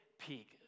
Peak